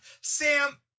Sam